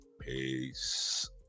peace